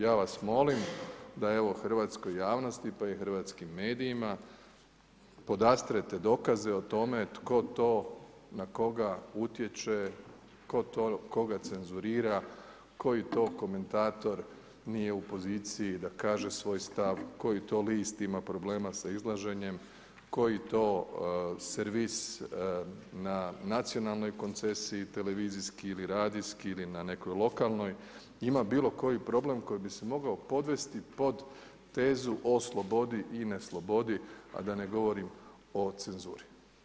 Ja vas molim da hrvatskoj javnosti pa i hrvatskim medijima podastrete dokaze o tome tko to na koga utječe, tko to koga cenzurira, koji to komentator nije u poziciji da kaže svoj stav, koji to list ima problema sa izlaženjem, koji to servis na nacionalnoj koncesiji, televizijski ili radijski ili na nekoj lokalnoj ima bilo koji problem koji bi se mogao podvesti pod tezu o slobodi o ne slobodi a da ne govorim o cenzuri.